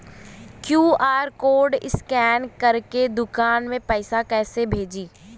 QR code scan करके दुकान में पैसा कइसे भेजी?